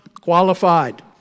qualified